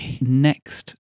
next